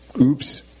Oops